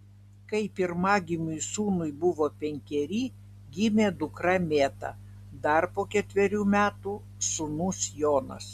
kai pirmagimiui sūnui buvo penkeri gimė dukra mėta dar po ketverių metų sūnus jonas